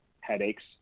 headaches